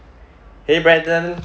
!hey! brandon